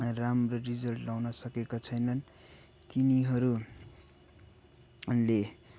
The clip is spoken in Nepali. राम्रो रिजल्ट ल्याउन सकेका छैनन् तिनीहरूले